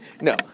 no